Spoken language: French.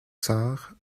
sarre